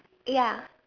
ya